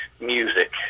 music